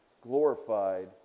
glorified